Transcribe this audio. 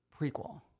Prequel